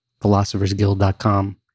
philosophersguild.com